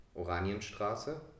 Oranienstraße